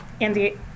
Andy